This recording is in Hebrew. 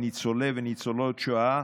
לא הצעת החוק הזאת,